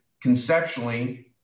conceptually